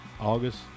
August